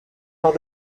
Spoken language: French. lors